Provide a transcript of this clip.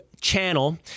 channel